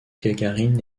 gagarine